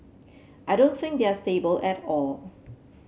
I don't think they are stable at all